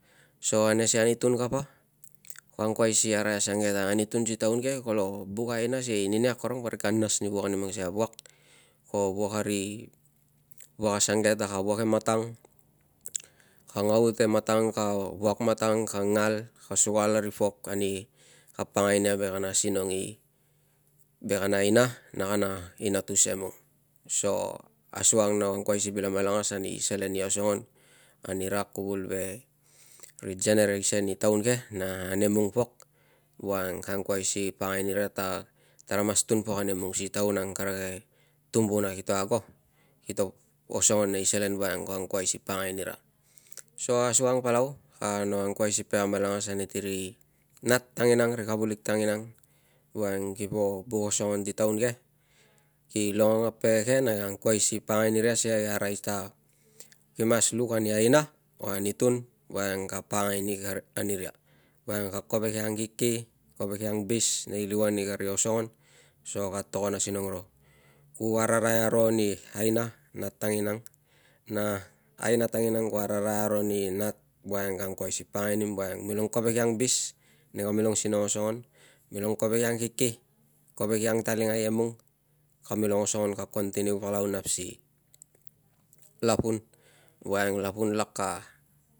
So ane si anutun kapa ko ang kuai si arai asukang ke ta kolo buk aina sie ninia akorong parik ka nas ni vuak a mang sikei a vuak ko vuak ari vuak asuang ke ta ka vuak e matang ka ngaut e matang ka vuak matang ka ngal ka sukal ari pok ani ka pakangai nia vei ani kana sinong ve kana aina na kana inatus emung so asuang no angkuai si vil amalanagas ani selen i osongon ani ra kuvul ve ri genereisen i taun ke na ane mung pok voiang kangkol si pakangai pok anira ta tara mas tun pok ane mung pok voiang kang kuai si pakangai pok anira ta tara mas tun pok au kara tumbuna kito ago kito osongon nei selen voiang kito angkuai si pakangai anira so asukang palau no akua si pege amalangas ane si ri nat tanginang kavulik tanginang voiang kipo buk osongon si taun ke. Ki longong a pege ke na ki angkuai si pakangai ani ra ki mas luk ani aina or anutun voiang ka pakangai anira voiang ka kovek i angkiki kovek i angbis nei liuan i osongon so ka togon a sinong ro ku ararai aro ani aina nat tanginang na aina tanginang ku ararai aro ani nat voiang kang koi si pakangai voiang ko kovek i angbis nei kamilong sinong i osongon. Milong kovek i angkiki kovek i angtalingai emung kamilong osongon ka kontiniu aliu tung si lapun voiang lapun lak ka.